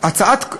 מאידך גיסא.